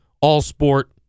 all-sport